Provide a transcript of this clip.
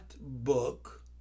book